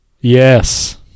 Yes